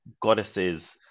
goddesses